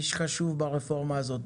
איש חשוב ברפורמה הזאת,